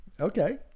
Okay